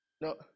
No